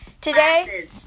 today